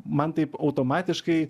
man taip automatiškai